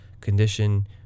condition